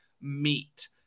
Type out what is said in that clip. meet